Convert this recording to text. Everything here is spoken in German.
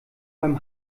beim